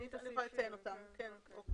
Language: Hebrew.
כן.